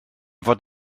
fod